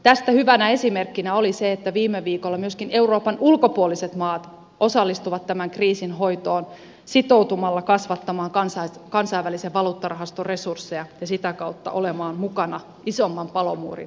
tästä hyvänä esimerkkinä oli se että viime viikolla myöskin euroopan ulkopuoliset maat osallistuivat tämän kriisin hoitoon sitoutumalla kasvattamaan kansainvälisen valuuttarahaston resursseja ja sitä kautta olemaan mukana isomman palomuurin rakentamisessa